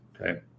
okay